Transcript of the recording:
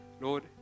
Lord